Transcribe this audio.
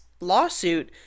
lawsuit